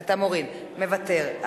אתה מוריד, מוותר.